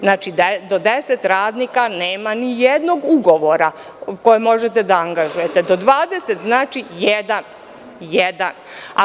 Znači, do 10 radnika nema ni jednog ugovora, koji možete da angažujete, do 20 znači jedan, jedan.